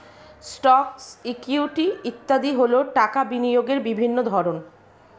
stocks, equity ইত্যাদি হল টাকা বিনিয়োগের বিভিন্ন ধরন